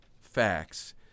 facts